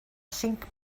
cinc